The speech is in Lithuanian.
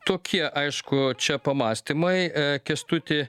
tokie aišku čia pamąstymai kęstuti